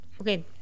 Okay